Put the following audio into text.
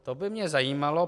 To by mě zajímalo.